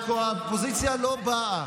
והאופוזיציה לא באה,